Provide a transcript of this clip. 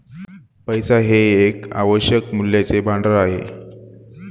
पैसा हे एक आवश्यक मूल्याचे भांडार आहे